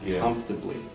comfortably